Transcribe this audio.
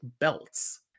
belts